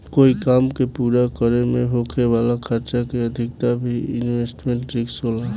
कोई काम के पूरा करे में होखे वाला खर्चा के अधिकता भी इन्वेस्टमेंट रिस्क होला